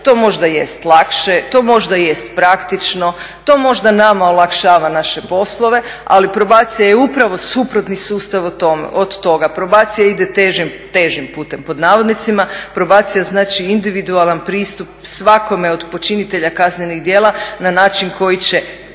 To možda jeste lakše, to možda jest praktično, to možda nama olakšava naše poslove, ali probacija je upravo suprotni sustav od toga. Probacija ide "težim putem", probacija znači individualan pristup svakome od počinitelja kaznenih djela na način koji će